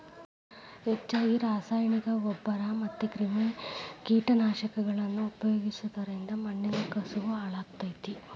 ಹೆಚ್ಚಗಿ ರಾಸಾಯನಿಕನ ಗೊಬ್ಬರ ಮತ್ತ ಕೇಟನಾಶಕಗಳನ್ನ ಉಪಯೋಗಿಸೋದರಿಂದ ಮಣ್ಣಿನ ಕಸವು ಹಾಳಾಗ್ತೇತಿ